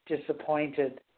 Disappointed